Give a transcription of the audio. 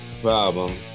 problem